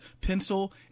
pencil